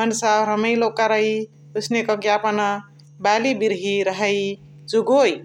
मन्सावा रमाइलो करइ ओसने कके यापन बाली बिर्ही रहइ जोगोइ ।